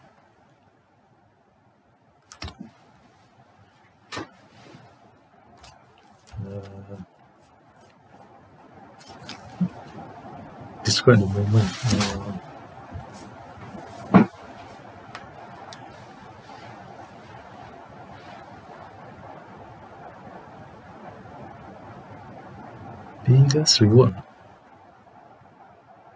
uh describe a moment uh biggest reward ah